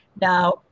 Now